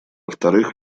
вторых